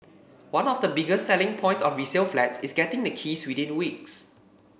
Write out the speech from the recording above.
one of the biggest selling points of resale flats is getting the keys weeks